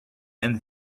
and